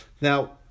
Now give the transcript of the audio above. Now